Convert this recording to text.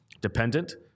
dependent